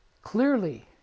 clearly